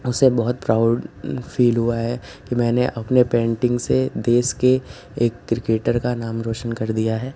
उसे बहुत proud feel हुआ है कि मैंने अपने पेंटिंग से देश के एक क्रिकेटर का नाम रौशन कर दिया है और